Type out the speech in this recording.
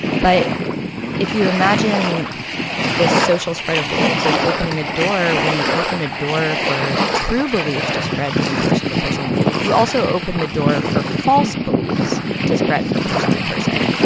but if you imagine this social spread of beliefs as opening a door, when you open a door for true beliefs to spread from person to person, you also open the door for false beliefs to spread from person to person.